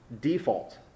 default